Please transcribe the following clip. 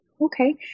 Okay